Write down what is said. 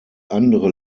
andere